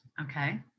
okay